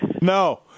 No